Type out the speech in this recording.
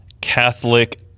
Catholic